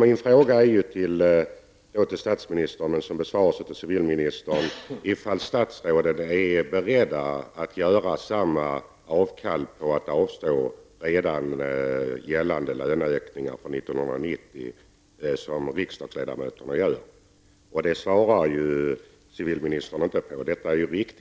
Min fråga till statsministern -- som besvaras av civilministern -- gäller om statsråden är beredda att göra samma avkall och avstå från redan gällande löneökningar från 1990 som riksdagsledamöterna. Civilministern svarar inte på detta.